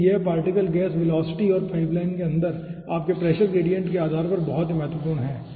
फिर यह particle gas velocity और पाइपलाइन के अंदर आपके प्रेशर ग्रेडिएंट के आधार पर बहुत महत्वपूर्ण है